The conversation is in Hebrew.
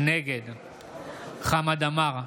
נגד חמד עמאר,